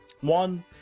One-